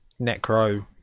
Necro